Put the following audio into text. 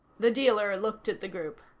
the dealer looked at the group.